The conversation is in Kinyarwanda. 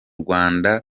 rwanda